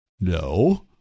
No